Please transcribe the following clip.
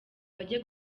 bajye